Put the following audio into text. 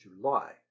July